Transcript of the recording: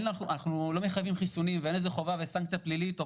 אנחנו לא מחייבים חיסונים ואין סנקציות פליליות אבל